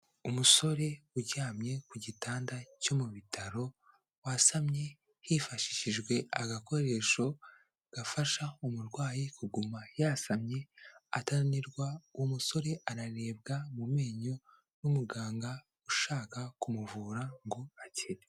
Umusore uryamye ku gitanda cyo mu bitaro wasamye hifashishijwe agakoresho gafasha umurwayi kuguma yasamye atananirwa, uwo musore ararebwa mu menyo n'umuganga ushaka kumuvura ngo akire.